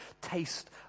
taste